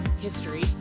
history